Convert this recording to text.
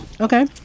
okay